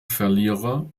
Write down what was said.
verlierer